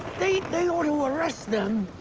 they ought to arrest them.